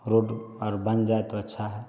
road और बन जाए तो अच्छा है